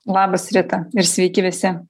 labas rita sveiki visi